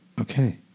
Okay